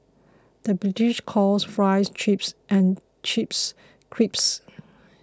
the British calls Fries Chips and Chips Crisps